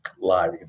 live